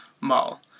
Mall